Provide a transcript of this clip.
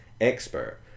expert